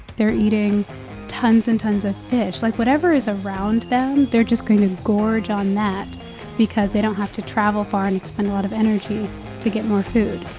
they're eating tons and tons of fish. like, whatever is around them, they're just going to gorge on that because they don't have to travel far and expend a lot of energy to get more food